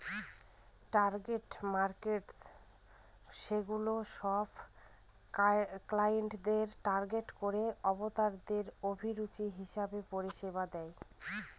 target markets সেগুলা সব ক্লায়েন্টদের টার্গেট করে আরতাদের অভিরুচি হিসেবে পরিষেবা দেয়